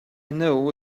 know